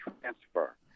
transfer